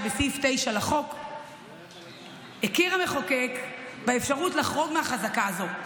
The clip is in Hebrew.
בסעיף 9 לחוק הכיר המחוקק באפשרות לחרוג מהחזקה הזאת,